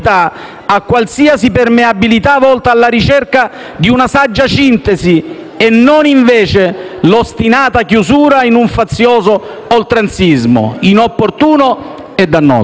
a qualsiasi permeabilità volta alla ricerca di una saggia sintesi, e non invece l'ostinata chiusura in un fazioso oltranzismo, inopportuno e dannoso.